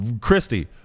christy